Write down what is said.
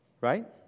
Right